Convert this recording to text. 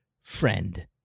friend